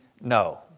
No